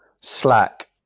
Slack